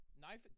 Knife